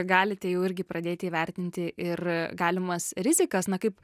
galite jau irgi pradėti įvertinti ir galimas rizikas na kaip